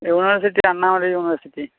university Annamalai university